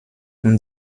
und